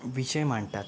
विषय मांडतात